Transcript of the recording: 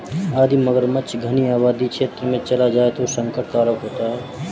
यदि मगरमच्छ घनी आबादी क्षेत्र में चला जाए तो यह संकट कारक होता है